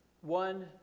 One